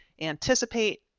anticipate